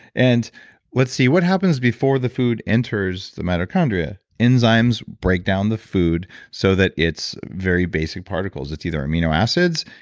and let's see what happens before the food enters the mitochondria? enzymes break down the food so that it's very basic particles. it's either amino acids,